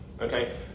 okay